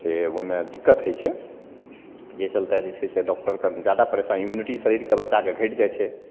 से ओहिमे दिक्कत होइ छै जाहि चलिते जे छै से डॉकटरकेँ जादा परेशानी इम्युनिटी शरीरके बच्चाके घटि जाइ छै